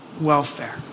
welfare